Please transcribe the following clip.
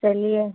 चलिए